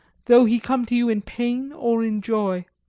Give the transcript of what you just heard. though he come to you in pain or in joy